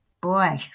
boy